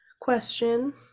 Question